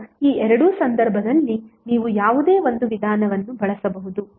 ಈಗ ಈ ಎರಡೂ ಸಂದರ್ಭಗಳಲ್ಲಿ ನೀವು ಯಾವುದೇ ಒಂದು ವಿಧಾನವನ್ನು ಬಳಸಬಹುದು